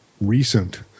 recent